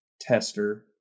tester